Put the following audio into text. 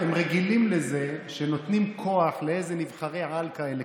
הם רגילים לזה שנותנים כוח לנבחרי-על כאלה,